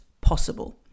possible